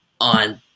on